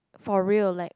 for real like